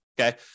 okay